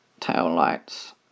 taillights